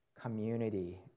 Community